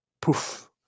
Poof